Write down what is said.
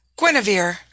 Guinevere